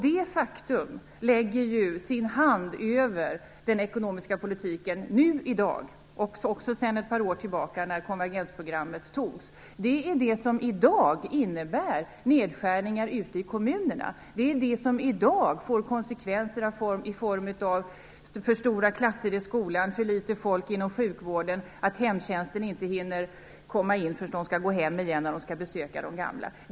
Detta faktum lägger sin hand över den ekonomiska politiken nu i dag och även sedan ett par år tillbaka, när konvergensprogrammet togs. Detta innebär i dag nedskärningar ute i kommunerna och får konsekvenser i form av för stora klasser i skolan och för litet folk inom sjukvården. Inom hemtjänsten hinner man knappt komma in förrän man skall gå hem igen när man skall besöka de gamla.